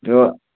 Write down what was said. जो